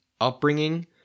upbringing